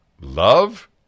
Love